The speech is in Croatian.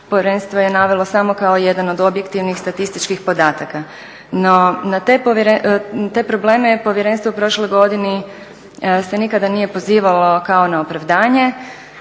povjerenstvo je navelo samo kao jedan od objektivnih statističkih podataka. No na te probleme povjerenstvo u prošloj godini se nikada nije pozivalo kao na opravdanje